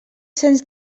cens